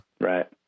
Right